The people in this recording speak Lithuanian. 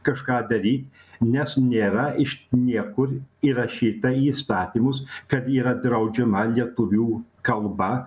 kažką daryt nes nėra iš niekur įrašyta į įstatymus kad yra draudžiama lietuvių kalba